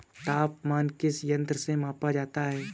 तापमान किस यंत्र से मापा जाता है?